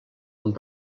amb